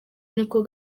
niko